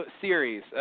series